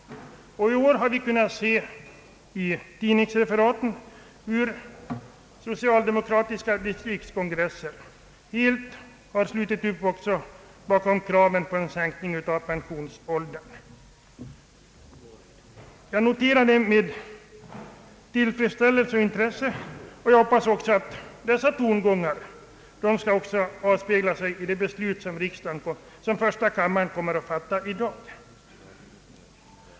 I år har vi också kunnat se i tidningsreferaten hur socialdemokratiska distriktskongresser helt har slutit upp bakom kraven på en sänkning av pensionsåldern. Jag har noterat detta med tillfredsställelse och intresse, och jag hoppas att dessa tongångar också skall avspegla sig i det beslut som första kammaren kommer att fatta i dag.